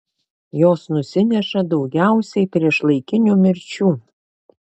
jos nusineša daugiausiai priešlaikinių mirčių